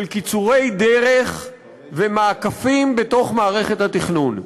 קיצורי דרך ומעקפים בתוך מערכת התכנון.